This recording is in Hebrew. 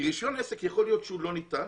כי יכול להיות שרישיון עסק לא ניתן